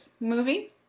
movie